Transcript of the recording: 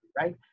right